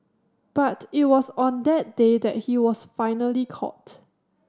but it was on that day that he was finally caught